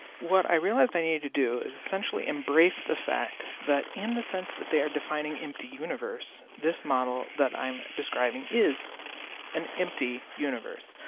what i realized i need to do is essentially embrace the fact that in the sense that they are defining empty universe, this model that i'm describing is an empty universe.